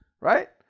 right